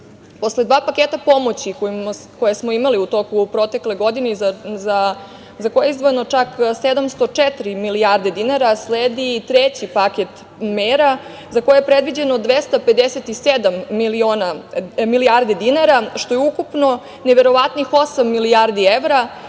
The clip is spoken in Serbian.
Posle dva paketa pomoći koje smo imali u toku protekle godine za koje je izdvojeno čak 704 milijarde dinara, sledi i treći paket mera za koje je predviđeno 257 milijardi dinara što je ukupno neverovatnih 8 milijardi evra